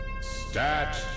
Stat